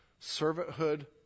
Servanthood